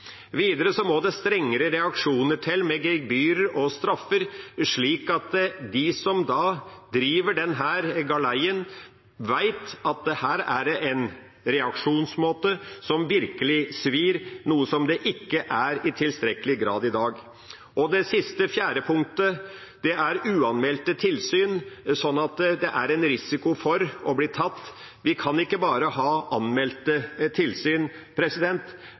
Videre må det strengere reaksjoner til, med gebyrer og straffer, slik at de som er på denne galeien, vet at her er det en reaksjonsmåte som virkelig svir, noe det ikke er i tilstrekkelig grad i dag. Det fjerde og siste punktet er uanmeldte tilsyn, slik at det er en risiko for å bli tatt. Vi kan ikke bare ha anmeldte tilsyn.